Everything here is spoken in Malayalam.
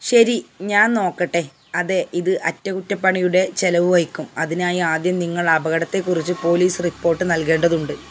ശരി ഞാൻ നോക്കട്ടെ അതെ ഇത് അറ്റകുറ്റപ്പണിയുടെ ചിലവ് വഹിക്കും അതിനായി ആദ്യം നിങ്ങൾ അപകടത്തെക്കുറിച്ച് പോലീസ് റിപ്പോട്ട് നൽകേണ്ടതുണ്ട്